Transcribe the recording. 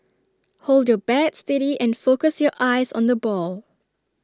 hold your bat steady and focus your eyes on the ball